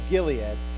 Gilead